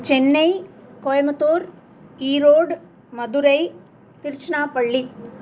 Chennai Coimbatore Erode Madurai Tiruchirappalli